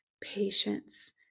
patience